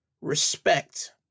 respect